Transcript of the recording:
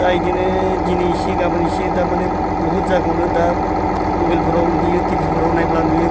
दा बिदिनो दिनै इसे गाबोन इसे थारमाने बहुद जागायावनो दा मबाइलफोराव नुयो टि भि फोराव नायोब्ला नुयो